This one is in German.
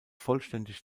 vollständig